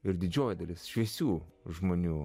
ir didžioji dalis šviesių žmonių